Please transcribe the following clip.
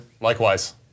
Likewise